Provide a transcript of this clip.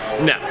No